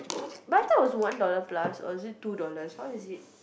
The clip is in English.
but I thought it was one dollar plus or is it two dollars how is it